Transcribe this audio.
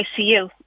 ICU